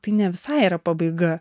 tai ne visai yra pabaiga